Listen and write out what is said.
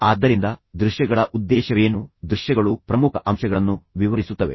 ಆದ್ದರಿಂದ ದೃಶ್ಯಗಳ ಉದ್ದೇಶವೇನು ದೃಶ್ಯಗಳು ಪ್ರಮುಖ ಅಂಶಗಳನ್ನು ವಿವರಿಸುತ್ತವೆ